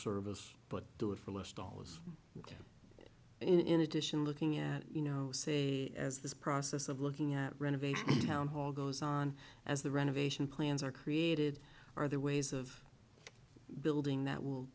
service but do it for less dollars in addition looking at you know as this process of looking at renovation town hall goes on as the renovation plans are created are there ways of building that will